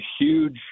huge